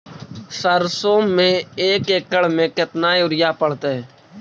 सरसों में एक एकड़ मे केतना युरिया पड़तै?